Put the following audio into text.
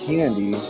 Candy